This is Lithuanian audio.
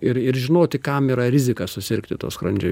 ir ir žinoti kam yra rizika susirgti tuo skrandžio